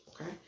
okay